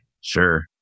Sure